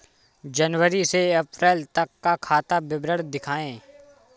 जनवरी से अप्रैल तक का खाता विवरण दिखाए?